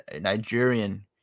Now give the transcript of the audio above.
Nigerian